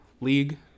league